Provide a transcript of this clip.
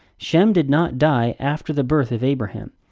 shem did not die after the birth of abraham.